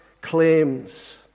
claims